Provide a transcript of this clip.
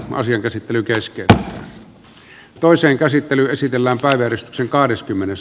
asian käsittely keskeytetään